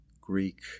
Greek